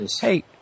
Hey